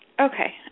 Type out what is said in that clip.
Okay